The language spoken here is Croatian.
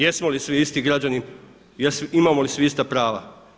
Jesmo li svi isti građani, imamo li mi svi ista prava?